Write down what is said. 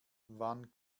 wann